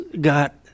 got